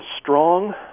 strong